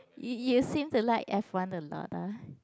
you you seem to like F one a lot ah